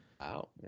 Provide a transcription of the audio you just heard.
Wow